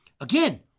again